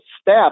step